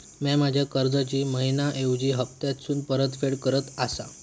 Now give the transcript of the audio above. म्या माझ्या कर्जाची मैहिना ऐवजी हप्तासून परतफेड करत आसा